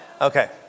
Okay